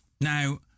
Now